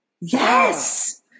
Yes